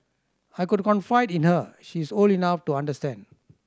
I could confide in her she is old enough to understand